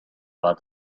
about